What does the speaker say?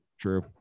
true